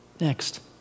Next